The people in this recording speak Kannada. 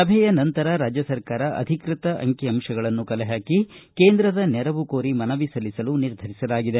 ಸಭೆಯ ನಂತರ ರಾಜ್ಯ ಸರ್ಕಾರ ಅಧಿಕೃತ ಅಂಕಿ ಅಂತಗಳನ್ನು ಕಲೆ ಹಾಕಿ ಕೇಂದ್ರದ ನೆರವು ಕೋರಿ ಮನವಿ ಸಲ್ಲಿಸಲು ನಿರ್ಧರಿಸಲಾಗಿದೆ